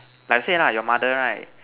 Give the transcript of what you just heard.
like say lah your mother right